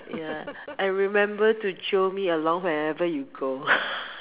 ya and remember to jio me along whenever you go